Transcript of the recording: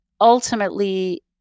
ultimately